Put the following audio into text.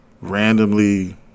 randomly